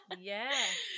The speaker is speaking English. Yes